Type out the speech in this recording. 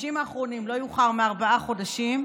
ובחודשים האחרונים, לא יאוחר מארבעה חודשים.